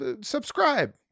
subscribe